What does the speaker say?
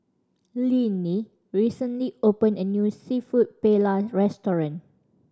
Linnea recently open a new Seafood Paella Restaurant